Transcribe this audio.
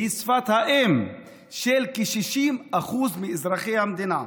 היא שפת האם של כ-60% מאזרחי המדינה.